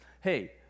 Hey